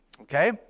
Okay